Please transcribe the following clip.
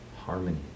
harmony